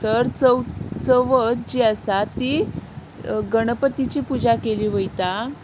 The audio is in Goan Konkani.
तर चव चवथ जी आसा ती गणपतीची पुजा केली वता